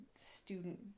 student